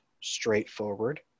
straightforward